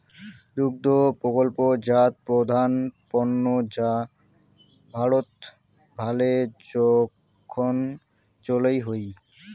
দুগ্ধ প্রকল্পজাত প্রধান পণ্য যা ভারতত ভালে জোখন চইল হই